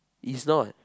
is not